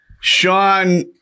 Sean